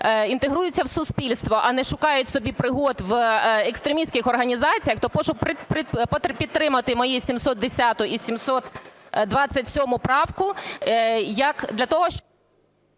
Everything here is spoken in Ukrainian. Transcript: інтегруються в суспільство, а не шукають собі пригод в екстремістських організаціях, то прошу підтримати мої 710 і 727 правки